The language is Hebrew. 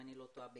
אם אני לא טועה,